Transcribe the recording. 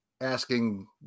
asking